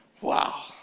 Wow